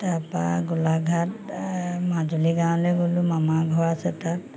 তাৰ গোলাঘাট মাজুলীৰ গাঁৱলে গ'লোঁ মামাৰ ঘৰ আছে তাত